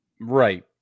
right